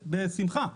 בשמחה.